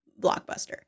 blockbuster